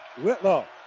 Whitlow